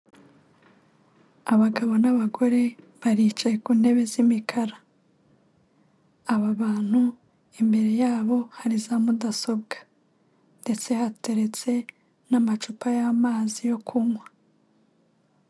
Abagabo n'abagore baricaye ku ntebe z'imikara. Aba bantu imbere yabo hari za mudasobwa ndetse hateretse n'amacupa y'amazi yo kunywa.